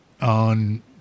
on